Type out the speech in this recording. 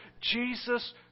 Jesus